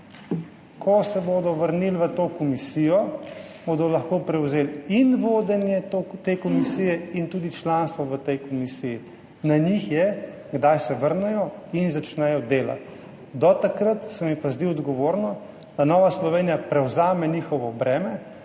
Ko se bodo vrnili v to komisijo, bodo lahko prevzeli in vodenje te komisije in članstvo v tej komisiji. Na njih je, kdaj se vrnejo in začnejo delati. Do takrat se mi pa zdi odgovorno, da Nova Slovenija prevzame njihovo breme,